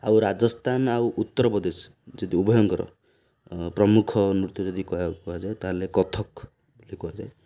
ଆଉ ରାଜସ୍ଥାନ ଆଉ ଉତ୍ତରପ୍ରଦେଶ ଯଦି ଉଭୟଙ୍କର ପ୍ରମୁଖ ନୃତ୍ୟ ଯଦି କହାକୁ କୁହାଯାଏ ତାହେଲେ କଥକ ବୋଲି କୁହାଯାଏ